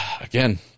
again